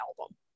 album